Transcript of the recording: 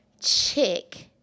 chick